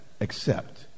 accept